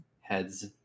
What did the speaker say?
heads